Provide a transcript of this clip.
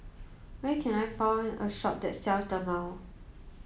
where can I find a shop that sells Dermale